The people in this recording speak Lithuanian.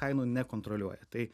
kainų nekontroliuoja tai